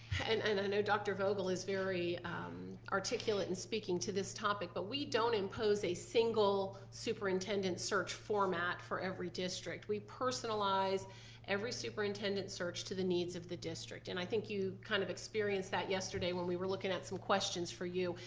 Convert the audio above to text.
and and i know dr. vogel is very articulate in speaking to this topic, but we don't impose a single superintendent search format for every district. we personalize every superintendent search to the needs of the district and i think you kind of experienced that yesterday when we were looking at some questions for you.